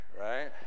right